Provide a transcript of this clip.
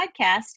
podcast